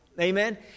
Amen